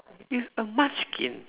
it's a munchkin